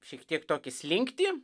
šiek tiek tokį slinktį